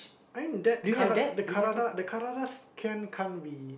I mean that can can't be